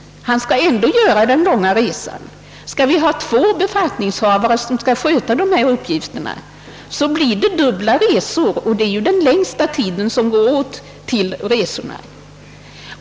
Han skall ändå göra den långa resan. Har vi två befattningshavare som skall fullgöra dessa uppgifter, så blir det dubbla resor, och den längsta tiden går ju åt till resorna.